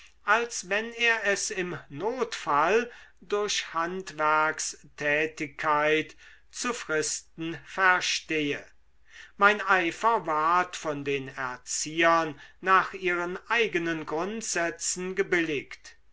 als wenn er es im notfall durch handwerkstätigkeit zu fristen verstehe mein eifer ward von den erziehern nach ihren eigenen grundsätzen gebilligt